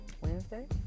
Wednesday